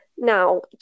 Now